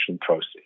process